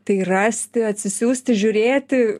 tai rasti atsisiųsti žiūrėti